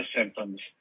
symptoms